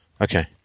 Okay